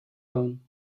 own